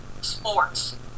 sports